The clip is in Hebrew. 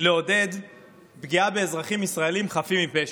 לעודד פגיעה באזרחים ישראלים חפים מפשע.